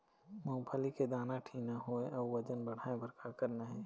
मूंगफली के दाना ठीन्ना होय अउ वजन बढ़ाय बर का करना ये?